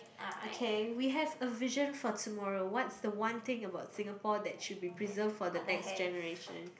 okay we have a vision for tomorrow what's the one thing about Singapore that should be preserved for the next generation